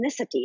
ethnicity